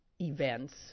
events